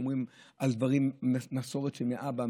שומרים על מסורת מאבא,